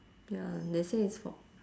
ya they say is for